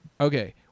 Okay